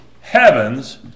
heavens